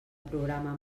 programa